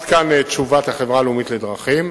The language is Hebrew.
עד כאן תשובת החברה הלאומית לדרכים.